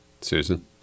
Susan